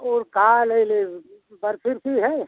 ओर का लइ लेब बर्फी ओर्फी है